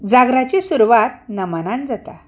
जागराची सुरवात नमनान जाता